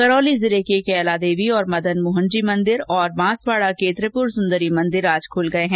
करौली जिले के कैलादेवी और मदनमोहन जी मंदिर और बांसवाड़ा के त्रिपूर सुन्दरी मंदिर आज खुल गये हैं